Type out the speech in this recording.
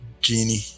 genie